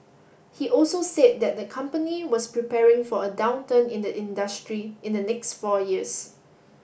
he also said that the company was preparing for a downturn in the industry in the next four years